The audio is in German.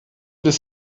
des